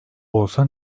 olsa